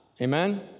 Amen